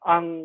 Ang